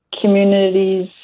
communities